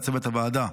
לצוות הוועדה: